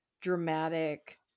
dramatic